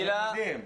וגם הלימודים.